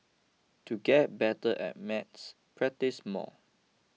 to get better at maths practise more